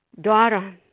daughter